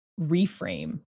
reframe